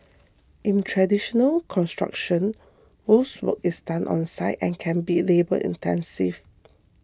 in traditional construction most work is done on site and can be labour intensive